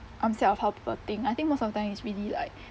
I'm scared of how people think I think most of the time it's really like